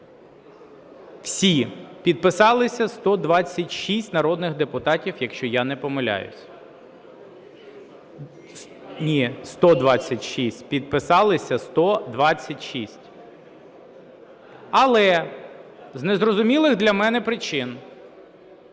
Всі, підписалися 126 народних депутатів, якщо я не помиляюся. Ні, 126, підписалися 126. Але з незрозумілих для мене причин